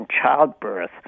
childbirth